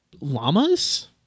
llamas